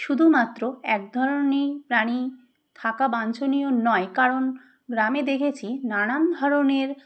শুধুমাত্র এক ধরনের প্রাণী থাকা বাঞ্ছনীয় নয় কারণ গ্রামে দেখেছি নানান ধরনের